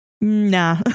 nah